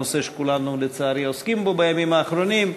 נושא שכולנו לצערי עוסקים בו בימים האחרונים,